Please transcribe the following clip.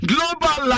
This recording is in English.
Global